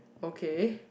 okay